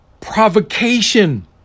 provocation